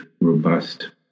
robust